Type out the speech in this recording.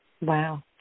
Wow